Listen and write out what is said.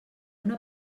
una